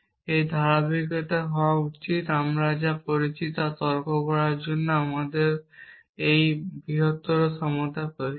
এই ধারাবাহিকতা হওয়া উচিত আমরা যা করছি তা নিয়ে তর্ক করার জন্য আমাদের এই বৃহত্তর সমতা প্রয়োজন